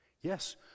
Yes